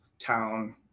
town